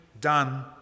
done